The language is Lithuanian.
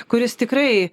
kuris tikrai